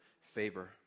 favor